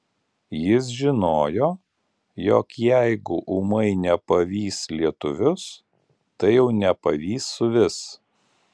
jis žinojo jog jeigu ūmai nepavys lietuvius tai jau nepavys suvis